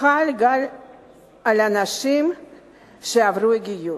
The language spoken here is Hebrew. חל על אנשים שעברו גיור.